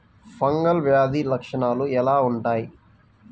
Fungal వ్యాధి లక్షనాలు ఎలా వుంటాయి?